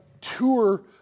tour